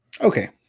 okay